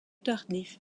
tardifs